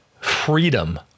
freedom